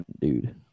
dude